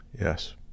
Yes